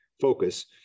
focus